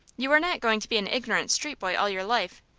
you are not going to be an ignorant street boy all your life.